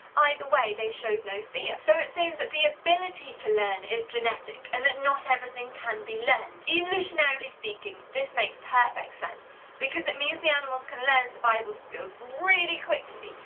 either way they showed no fear. so it seems that the ability to learn is genetic and that not everything can be learned. evolutionarily speaking, this makes perfect sense because it means the animals can learn survival skills really quickly!